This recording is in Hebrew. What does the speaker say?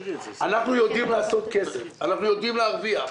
אנחנו יודעים לעשות כסף, אנחנו יודעים להרוויח.